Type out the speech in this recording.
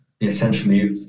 essentially